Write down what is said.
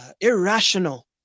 irrational